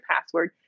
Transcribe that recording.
password